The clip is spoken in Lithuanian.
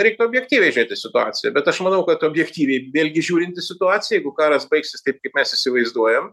reiktų objektyviai žiūrėt į situaciją bet aš manau kad objektyviai vėlgi žiūrint į situaciją jeigu karas baigsis taip kaip mes įsivaizduojam